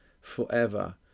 forever